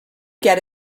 get